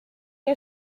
que